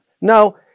No